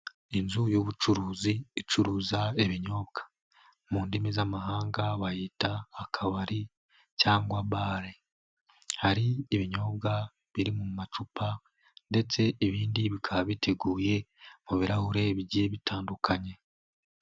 Inzu y'ubucuruzi icuruza ibinyobwa, mu ndimi z'amahanga bayita akabari cyangwa bale. Hari ibinyobwa biri mu macupa, ndetse ibindi bikaba biteguye mu birahure bigiye bitandukanye.